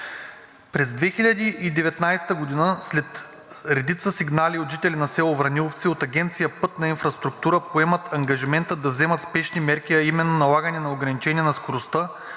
През 2019 г. след редица сигнали от жители на село Враниловци от Агенция „Пътна инфраструктура“ поемат ангажимента да вземат спешни мерки, а именно налагане на ограничение на скоростта,